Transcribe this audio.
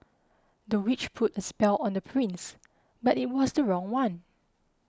the witch put a spell on the prince but it was the wrong one